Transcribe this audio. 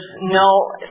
no